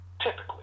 Typically